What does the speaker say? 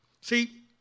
See